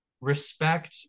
respect